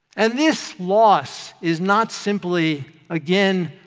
and this loss is not simply, again,